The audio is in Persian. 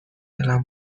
اعلام